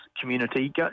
community